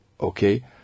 okay